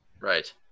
right